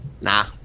Nah